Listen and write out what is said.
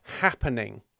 happening